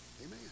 Amen